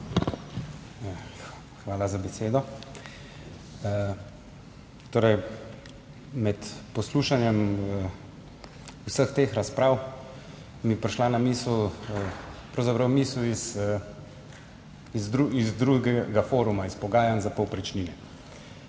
Hvala za besedo. Med poslušanjem vseh teh razprav mi je prišla na misel pravzaprav misel z drugega foruma, s pogajanj za povprečnine.